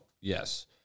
Yes